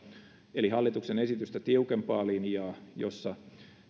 eli hallituksen esitystä tiukempaa linjaa jossa